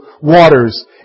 waters